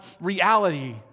reality